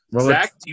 Zach